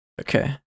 Okay